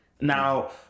Now